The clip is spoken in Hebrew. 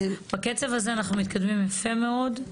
בקצב הזה אנחנו מתקדמים יפה מאוד.